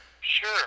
Sure